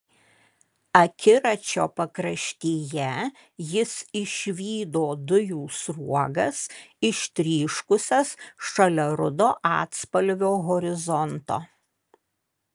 akiračio pakraštyje jis išvydo dujų sruogas ištryškusias šalia rudo atspalvio horizonto